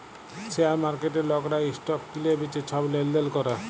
share মার্কেটে লকরা stock কিলে বিঁচে ছব লেলদেল ক্যরে